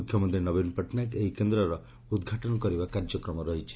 ମୁଖ୍ୟମନ୍ତୀ ନବୀନ ପଟ୍ଟନାୟକ ଏହି କେନ୍ଦ୍ରର ଉଦ୍ଘାଟନ କରିବାର କାର୍ଯ୍ୟକ୍ରମ ରହିଛି